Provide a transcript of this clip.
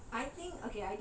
okay